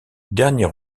dernier